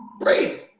Great